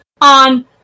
on